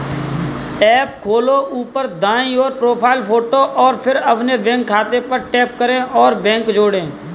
app खोलो, ऊपर दाईं ओर, प्रोफ़ाइल फ़ोटो और फिर अपने बैंक खाते पर टैप करें और बैंक जोड़ें